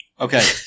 Okay